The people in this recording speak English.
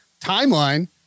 timeline